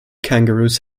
kangaroos